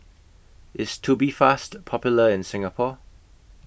IS Tubifast Popular in Singapore